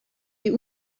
die